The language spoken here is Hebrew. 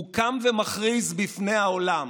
הוא קם ומכריז בפני העולם: